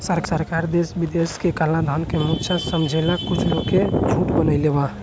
सरकार देश विदेश के कलाधन के मुद्दा समझेला कुछ लोग के झुंड बनईले बा